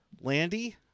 Landy